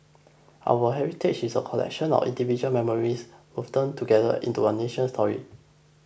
our heritage is a collection of individual memories together into a nation's story